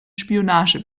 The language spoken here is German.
spionage